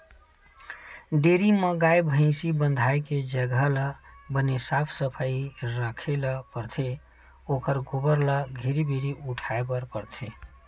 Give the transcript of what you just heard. dairy म गाय, भइसी बंधाए के जघा ल बने साफ सफई राखे ल परथे ओखर गोबर ल घेरी भेरी उठाए बर परथे